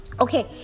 okay